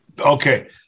Okay